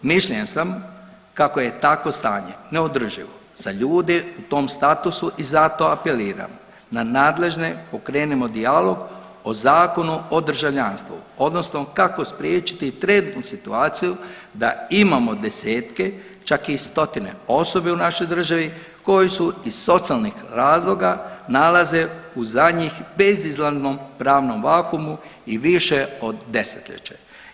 Mišljenja sam kako je takvo stanje neodrživo za ljude u tom statusu i zato apeliram na nadležne pokrenemo dijalog o Zakonu o državljanstvu odnosno kako spriječiti trenutnu situaciju da imamo desetke čak i stotine osoba u našoj državi koji su iz socijalnih razloga nalaze u za njih bezizlaznom pravnom vakuumu i više od desetljeća.